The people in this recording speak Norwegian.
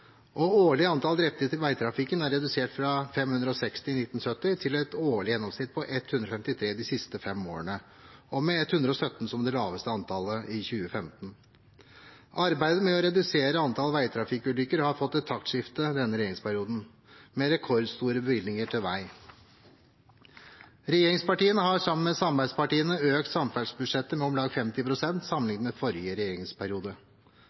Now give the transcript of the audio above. veitrafikkulykker. Årlig antall drepte i veitrafikken er redusert fra 560 i 1970 til et årlig gjennomsnitt på 153 de siste fem årene, og med 117 i 2015 som det laveste antallet. Arbeidet med å redusere antall veitrafikkulykker har fått et taktskifte i denne regjeringsperioden, med rekordstore bevilgninger til vei. Regjeringspartiene har sammen med samarbeidspartiene økt samferdselsbudsjettet med om lag 50 pst. sammenlignet med forrige regjeringsperiode.